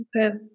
Okay